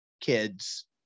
kids